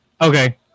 Okay